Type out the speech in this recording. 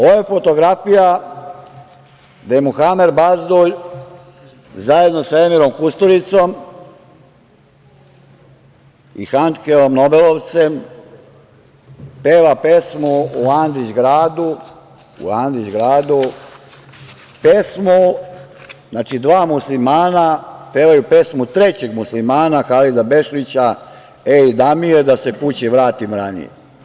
Ovo je fotografija gde Muhamer Bazdulj zajedno sa Emirom Kusturicom i Handkeom nobelovcem peva pesmu u Andrić gradu, pesmu, znači dva muslimana pevaju pesmu trećeg muslimana Halida Bešlića „Ej da mi je da se kući vratim ranije“